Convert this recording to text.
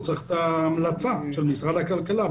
הוא צריך המלצה של משרד הכלכלה.